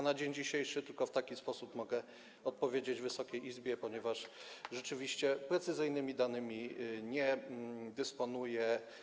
Na dzień dzisiejszy tylko w taki sposób mogę odpowiedzieć Wysokiej Izbie, ponieważ rzeczywiście precyzyjnymi danymi nie dysponuję.